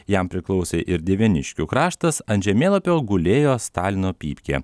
jam priklausė ir dieveniškių kraštas ant žemėlapio gulėjo stalino pypkė